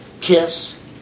kiss